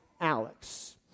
Alex